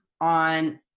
on